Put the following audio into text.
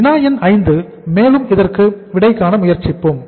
வினா எண் 5 மேலும் இதற்கு விடைகாண முயற்சிப்போம்